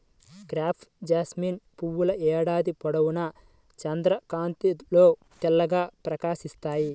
crepe jasmine పువ్వుల ఏడాది పొడవునా చంద్రకాంతిలో తెల్లగా ప్రకాశిస్తాయి